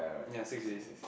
ya six already